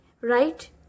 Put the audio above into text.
right